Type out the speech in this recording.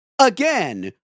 Again